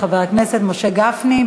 חבר הכנסת משה גפני,